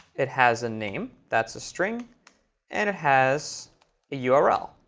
it has a name that's a string and it has a yeah url,